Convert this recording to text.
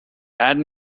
add